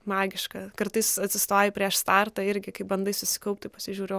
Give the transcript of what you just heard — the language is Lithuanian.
magiška kartais atsistoji prieš startą irgi kai bandai susikaupti pasižiūriu